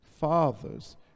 Fathers